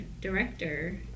director